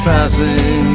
Passing